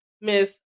Miss